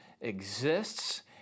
exists